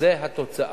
זו התוצאה.